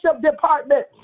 department